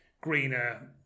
greener